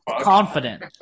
confident